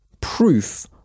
proof